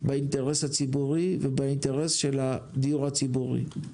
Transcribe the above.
באינטרס הציבורי ובאינטרס של הדיור הציבורי.